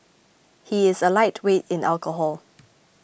he is a lightweight in alcohol